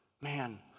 Man